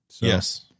Yes